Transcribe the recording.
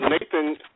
Nathan